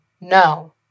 No